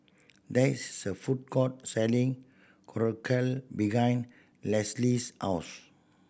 there is a food court selling Korokke behind Leslee's house